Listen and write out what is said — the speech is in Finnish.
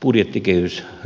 budjettikehysriihessäkin